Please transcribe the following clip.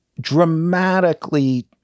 dramatically